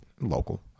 Local